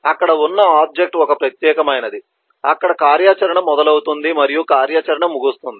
అక్కడ ఉన్న ఆబ్జెక్ట్ ఒక ప్రత్యేకమైనది అక్కడ కార్యాచరణ మొదలవుతుంది మరియు కార్యాచరణ ముగుస్తుంది